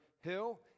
Hill